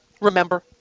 remember